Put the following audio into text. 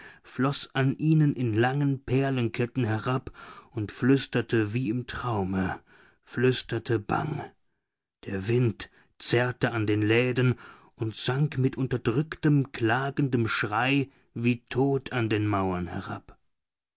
floß an ihnen in langen perlenketten herab und flüsterte wie im traume flüsterte bang der wind zerrte an den laden und sank mit unterdrücktem klagendem schrei wie tot an den mauern herab